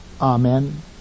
Amen